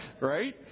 right